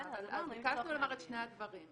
אז ביקשנו לומר את שני הדברים האלו.